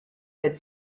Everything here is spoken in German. der